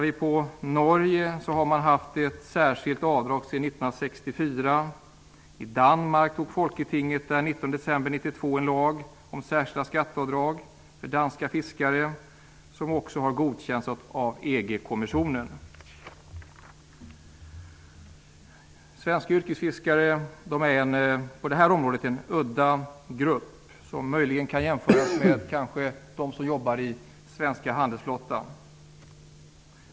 I Norge har det funnits ett särskilt avdrag sedan 1992 en lag om särskilda skatteavdrag för danska fiskare vilken också har godkänts av EG Svenska yrkesfiskare är på detta område en udda grupp som möjligen kan jämföras med dem som jobbar i svenska handelsflottan.